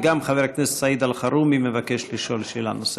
וגם חבר הכנסת סעיד אלחרומי מבקש לשאול שאלה נוספת.